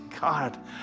God